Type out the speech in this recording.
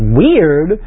weird